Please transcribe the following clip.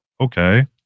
okay